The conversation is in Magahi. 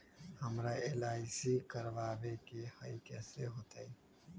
हमरा एल.आई.सी करवावे के हई कैसे होतई?